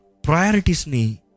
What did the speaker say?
Priorities